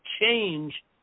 change